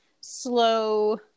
slow